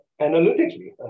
analytically